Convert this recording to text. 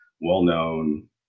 well-known